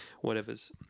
whatever's